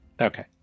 Okay